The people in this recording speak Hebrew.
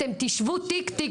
אתם תשבו תיק תיק,